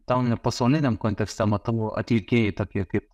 tam net pasauliniam kontekste matau atlikėjai tokie kaip